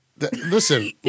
Listen